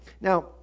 Now